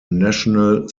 national